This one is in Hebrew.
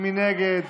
מי נגד?